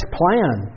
plan